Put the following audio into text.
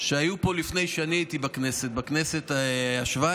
שהיו פה לפני שאני הייתי בכנסת, בכנסת השבע-עשרה,